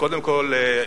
קודם כול,